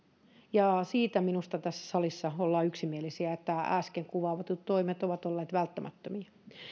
ja siitä minusta tässä salissa ollaan yksimielisiä että äsken kuvatut toimet ovat olleet välttämättömiä